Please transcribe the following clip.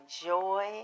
enjoy